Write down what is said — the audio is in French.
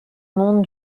monde